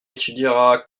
étudiera